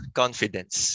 confidence